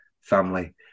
family